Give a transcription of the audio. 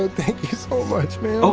ah thank you so much man.